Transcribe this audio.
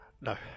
No